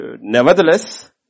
nevertheless